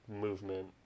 movement